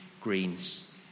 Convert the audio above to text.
Greens